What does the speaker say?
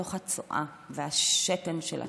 בתוך הצואה ובתוך השתן של עצמם.